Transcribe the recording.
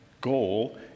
goal